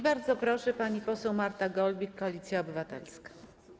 Bardzo proszę, pani poseł Marta Golbik, Koalicja Obywatelska.